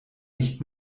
nicht